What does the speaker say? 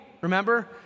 remember